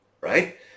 right